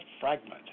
fragment